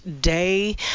Day